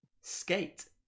Skate